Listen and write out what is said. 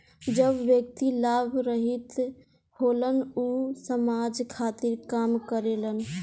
जवन व्यक्ति लाभ रहित होलन ऊ समाज खातिर काम करेलन